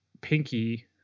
pinky